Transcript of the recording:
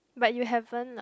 but you haven't lah